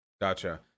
Gotcha